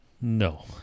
No